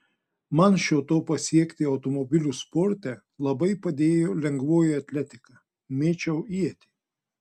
man šio to pasiekti automobilių sporte labai padėjo lengvoji atletika mėčiau ietį